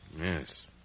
Yes